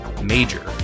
Major